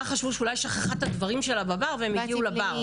חשבו שאולי היא שכחה את הדברים שלה בבר והם הגיעו לבר.